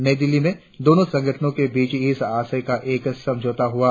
नई दिल्ली में दोनों संगठनो के बीच इस आशय का एक समझौता हुआ